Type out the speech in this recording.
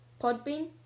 Podbean